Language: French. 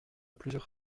plusieurs